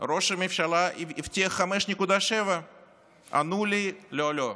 ראש הממשלה הבטיח 5.7%. ענו לי: לא, לא,